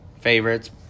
Favorites